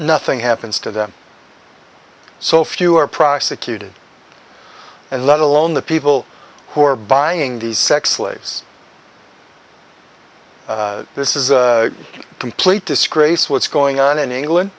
nothing happens to them so few are prosecuted and let alone the people who are buying these sex slaves this is a complete disgrace what's going on in england